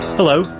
hello,